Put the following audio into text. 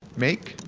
make,